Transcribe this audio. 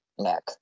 neck